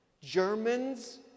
Germans